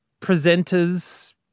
presenters